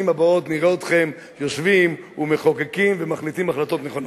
הבאות נראה אתכם יושבים ומחוקקים ומחליטים החלטות נכונות.